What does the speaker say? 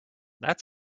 that